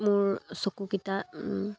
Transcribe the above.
মোৰ চকুকেইটা